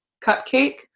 cupcake